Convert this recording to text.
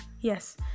yes